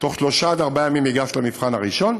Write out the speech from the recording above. בתוך שלושה עד ארבעה ימים ייגש למבחן הראשון,